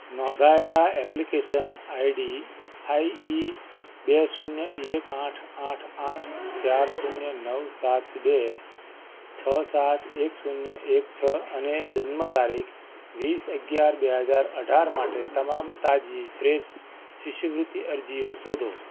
નોંધાયેલા application I D I E બે શૂન્ય એક આઠ આઠ આઠ ચાર શૂન્ય નવ સાત બે છ સાત એક શૂન્ય એક છ અને જન્મ તારીખ વીસ અગિયાર બે હજાર અઢાર માટે તમામ તાજી ફ્રેશ શિષ્યવૃત્તિ અરજીઓ શોધો